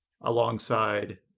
alongside